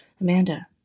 Amanda